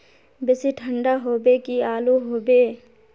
बेसी ठंडा होबे की आलू होबे